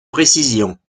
précision